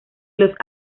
los